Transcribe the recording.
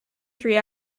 three